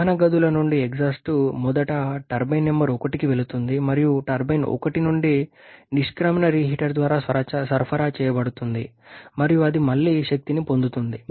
దహన గదుల నుండి ఎగ్జాస్ట్ మొదట టర్బైన్ నంబర్ 1కి వెళుతుంది మరియు టర్బైన్ 1 నుండి నిష్క్రమణ రీహీటర్ ద్వారా సరఫరా చేయబడుతుంది మరియు అది మళ్లీ శక్తిని పొందుతుంది